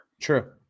True